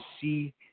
see